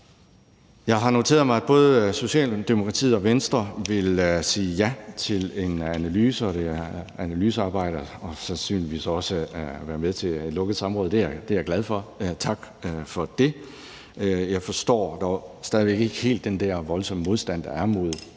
Jeg har noteret mig, at både Socialdemokratiet og Venstre vil sige ja til et analysearbejde og sandsynligvis også vil være med til et lukket samråd – det er jeg glad for. Tak for det. Jeg forstår dog stadig væk ikke helt den der voldsomme modstand mod